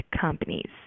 companies